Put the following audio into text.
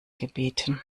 gebeten